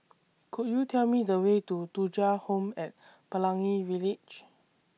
Could YOU Tell Me The Way to Thuja Home At Pelangi Village